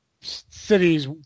cities